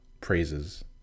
praises